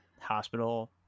hospital